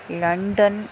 London